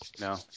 No